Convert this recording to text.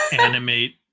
animate